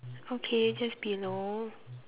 okay just below